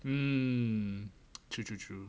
mm true true true